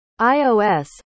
iOS